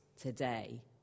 today